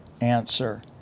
answer